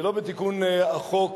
ולא בתיקון החוק,